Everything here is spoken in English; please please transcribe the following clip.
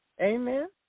Amen